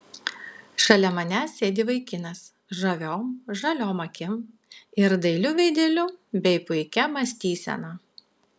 šalia manęs sėdi vaikinas žaviom žaliom akim ir dailiu veideliu bei puikia mąstysena